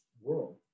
world